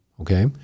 Okay